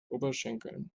oberschenkeln